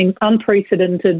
unprecedented